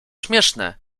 śmieszne